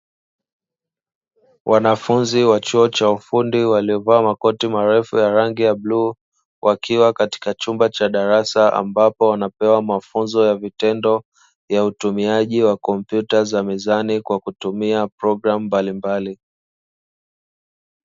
Wanafunzi wa chuo cha ufundi waliovaa makoti marefu ya rangi ya bluu wakiwa katika chumba cha darasa, ambapo wanapewa mafunzo ya vitendo ya utumiaji wa kompyuta za mezani kwa kutumia programu mbalimbali.